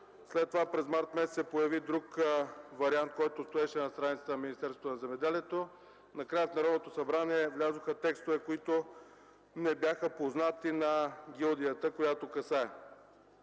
след това през месец март се появи друг вариант, който стоеше на страницата на Министерството на земеделието и храните, накрая в Народното събрание влязоха текстове, които не бяха познати на гилдията, която касае.